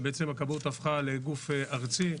ובעצם הכבאות הפכה לגוף ארצי.